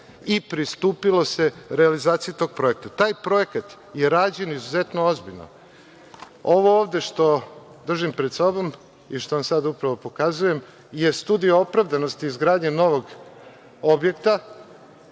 i pristupilo se realizaciji tog projekta. Taj projekat je rađen izuzetno ozbiljno. Ovo ovde što držim pred sobom i što vam sad upravo pokazujem je studija opravdanosti izgradnje novog objekta